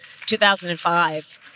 2005